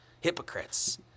Hypocrites